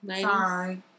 Sorry